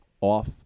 off